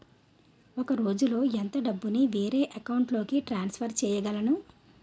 ఒక రోజులో ఎంత డబ్బుని వేరే అకౌంట్ లోకి ట్రాన్సఫర్ చేయగలను?